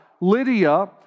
Lydia